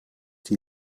die